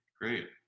great